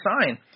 sign